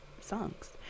songs